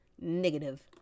Negative